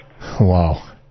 Wow